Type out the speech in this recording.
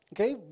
Okay